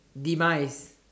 demise